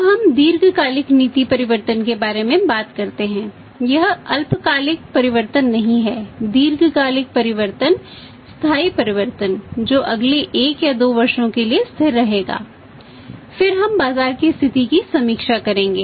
अब हम दीर्घकालिक नीति परिवर्तन के बारे में बात करते हैं यह अल्पकालिक परिवर्तन नहीं है दीर्घकालिक परिवर्तन स्थायी परिवर्तन जो अगले एक या दो वर्षों तक स्थिर रहेगा फिर हम बाजार की स्थिति की समीक्षा करेंगे